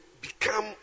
become